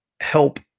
help